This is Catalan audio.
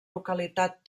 localitat